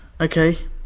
Okay